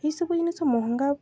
ଏହିସବୁ ଜିନିଷ ସବୁ ମହଙ୍ଗା